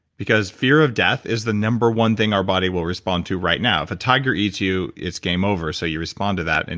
because fear of death is the number one thing our body will respond to right now. if a tiger eats you, it's game over, so you respond to that. and